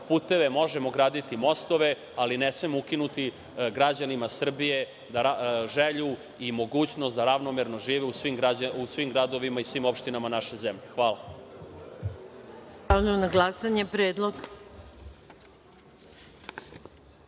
puteve, mi možemo graditi mostove, ali ne smemo ukinuti građanima Srbije želju i mogućnost da ravnomerno žive u svim gradovima i svim opštinama naše zemlje. Hvala. **Maja Gojković**